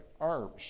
arms